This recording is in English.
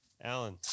Alan